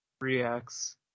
reacts